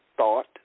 Thought